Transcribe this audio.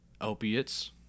Opiates